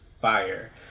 fire